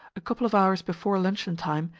a couple of hours before luncheon time,